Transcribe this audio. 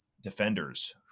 Defenders